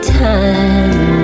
time